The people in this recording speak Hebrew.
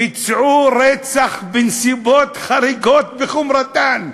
"ביצעו רצח בנסיבות חריגות בחומרתן".